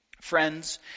Friends